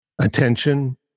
attention